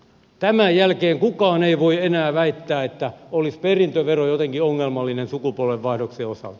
tämän jälkeen kukaan ei voi enää väittää että olisi perintövero jotenkin ongelmallinen sukupolvenvaihdoksen osalta